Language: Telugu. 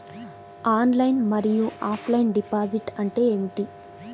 ఆన్లైన్ మరియు ఆఫ్లైన్ డిపాజిట్ అంటే ఏమిటి?